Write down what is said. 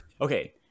okay